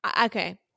okay